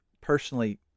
personally